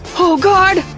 oh god!